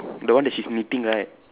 the one that she's knitting right